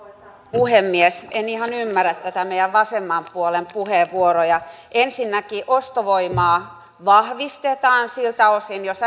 puhemies en ihan ymmärrä näitä meidän vasemman puolen puheenvuoroja ensinnäkin ostovoimaa vahvistetaan siltä osin jos